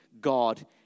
God